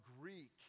Greek